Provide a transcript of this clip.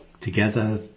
together